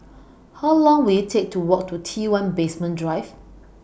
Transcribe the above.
How Long Will IT Take to Walk to T one Basement Drive